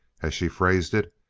as she phrased it.